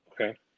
Okay